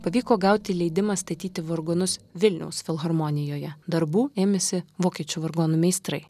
pavyko gauti leidimą statyti vargonus vilniaus filharmonijoje darbų ėmėsi vokiečių vargonų meistrai